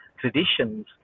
traditions